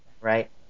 Right